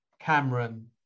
Cameron